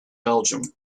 belgium